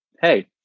Hey